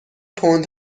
پوند